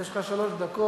יש לך שלוש דקות.